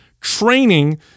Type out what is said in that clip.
training